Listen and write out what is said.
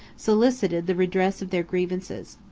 solicited the redress of their grievances.